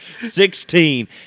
Sixteen